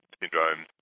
syndrome